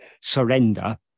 surrender